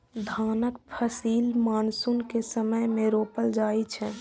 धानक फसिल मानसून के समय मे रोपल जाइ छै